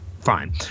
Fine